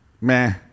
meh